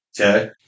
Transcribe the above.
Okay